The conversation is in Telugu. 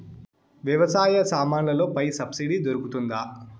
వ్యవసాయ సామాన్లలో పై సబ్సిడి దొరుకుతుందా?